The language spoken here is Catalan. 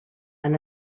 han